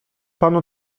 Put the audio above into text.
panu